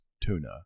tuna